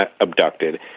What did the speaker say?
abducted